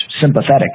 sympathetic